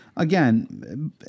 Again